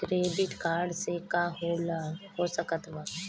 Credit card से का हो सकइत बा?